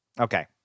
Okay